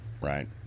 Right